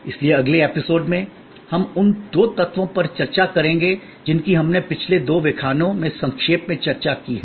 और इसलिए अगले एपिसोड में हम उन 2 तत्वों पर चर्चा करेंगे जिनकी हमने पिछले 2 व्याख्यानों में संक्षेप में चर्चा की है